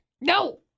No